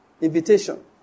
invitation